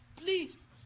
Please